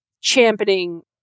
championing